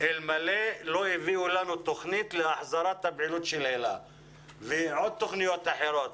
אם לא יביאו לנו תוכנית להחזרת הפעילות של היל"ה ותוכניות אחרות.